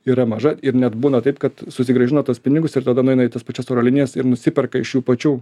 yra maža ir net būna taip kad susigrąžina tuos pinigus ir tada nueina į tas pačias oro linijas ir nusiperka iš jų pačių